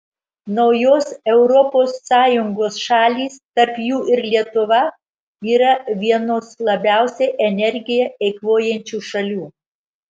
naujos europos sąjungos šalys tarp jų ir lietuva yra vienos labiausiai energiją eikvojančių šalių